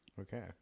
Okay